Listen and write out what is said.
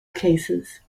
cases